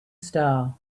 star